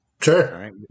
Sure